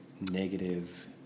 negative